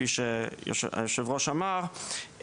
כפי שיושב הראש אמר,